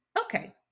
Okay